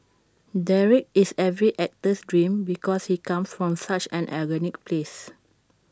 Derek is every actor's dream because he comes from such an organic place